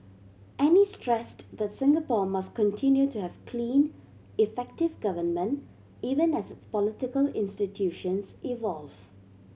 and he stressed that Singapore must continue to have clean effective government even as its political institutions evolve